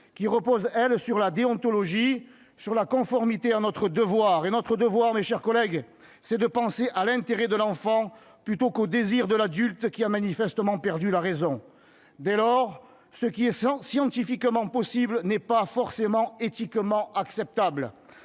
reposant, elle, sur la déontologie, sur la conformité à notre devoir. Or notre devoir, mes chers collègues, c'est de penser à l'intérêt de l'enfant, plutôt qu'au désir de l'adulte, qui a manifestement perdu la raison. Dès lors, ce qui est scientifiquement possible n'est pas forcément éthiquement acceptable.